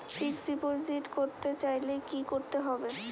Fixed deposit করতে চাইলে কি করতে হবে?